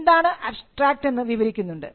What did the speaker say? എന്താണ് അബ്സ്ട്രാക്റ്റ് എന്ന് വിവരിക്കുന്നുണ്ട്